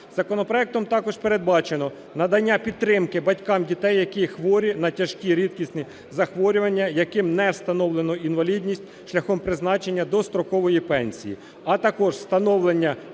Законопроектом також передбачено надання підтримки батькам, діти яких хворі на тяжкі рідкісні захворювання, яким не встановлено інвалідність шляхом призначення дострокової пенсії, а також встановлення